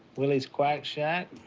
willie's quack shack.